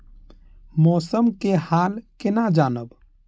मौसम के हाल केना जानब?